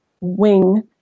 Wing